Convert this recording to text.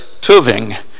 Tuving